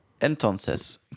Entonces